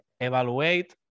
evaluate